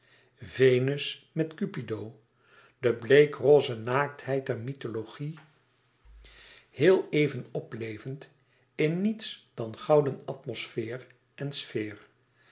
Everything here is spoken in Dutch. venus met cupido de bleekroze naaktheid der mythologie heel even oplevend in niets dan gouden atmosfeer en sfeer